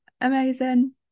Amazing